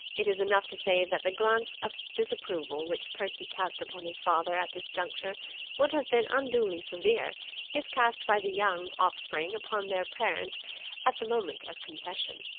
it is enough to say that the glance of disapproval which percy cast upon his father at this juncture would have been unduly severe if cast by the young offspring upon their parent at the moment of confession.